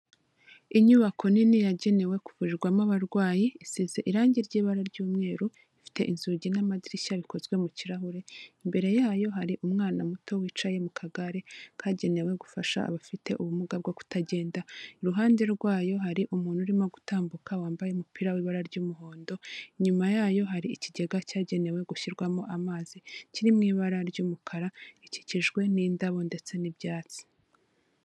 Inyubako nini yagenewe kuvurirwamo abarwayi, isize irangi ry'ibara ry'umweru, ifite inzugi n'amadirishya bikozwe mu kirahure, imbere yayo hari umwana muto wicaye mu kagare kagenewe gufasha abafite ubumuga bwo kutagenda, iruhande rwayo hari umuntu urimo gutambuka wambaye umupira w'ibara ry'umuhondo, inyuma yayo hari ikigega cyagenewe gushyirwamo amazi kiri mu ibara ry'umukara, ikikijwe n'indabo ndetse n'ibyatsi.